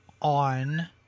on